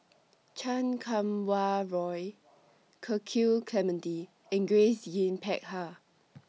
Chan Kum Wah Roy Cecil Clementi and Grace Yin Peck Ha